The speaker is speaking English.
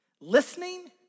listening